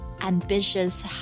ambitious